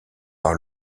par